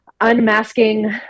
unmasking